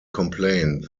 complained